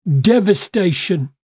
devastation